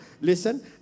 Listen